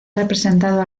representado